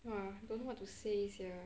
!wah! don't know what to say sia